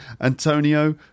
Antonio